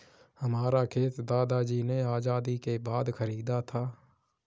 हमारा खेत दादाजी ने आजादी के बाद खरीदा था